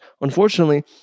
unfortunately